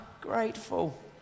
grateful